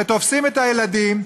ותופסים את הילדים,